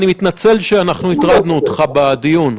אני מתנצל שאנחנו הטרדנו אותך בדיון.